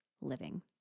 living